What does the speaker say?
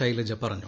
ശൈലജ പറഞ്ഞു